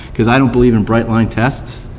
because i don't believe in bright-line tests.